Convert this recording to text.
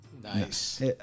nice